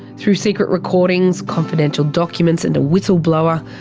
through secret recordings, confidential documents and a whistleblower,